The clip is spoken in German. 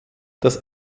das